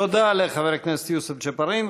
תודה לחבר הכנסת יוסף ג'בארין.